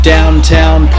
Downtown